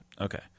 Okay